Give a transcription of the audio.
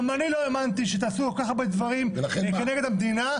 גם אני לא האמנתי שתעשו כל כך הרבה דברים כנגד המדינה,